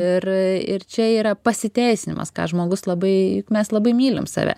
ir ir čia yra pasiteisinimas ką žmogus labai mes labai mylim save